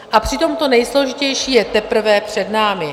A přitom to nejsložitější je teprve před námi.